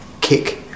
kick